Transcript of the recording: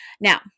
Now